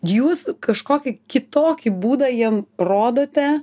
jūs kažkokį kitokį būdą jiem rodote